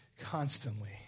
constantly